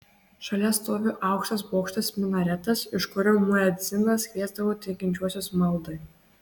šalia stovi aukštas bokštas minaretas iš kurio muedzinas kviesdavo tikinčiuosius maldai